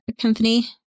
company